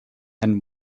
and